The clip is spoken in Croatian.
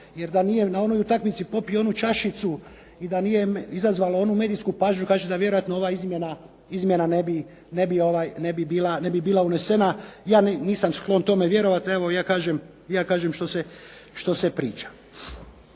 jer da nije na onoj utakmici popio onu čašicu i da nije izazvalo onu medijsku pažnju, kaže da vjerojatno ova izmjena ne bi bila unesena. Ja nisam sklon tome vjerovati, nego ja kažem što se priča.